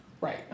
Right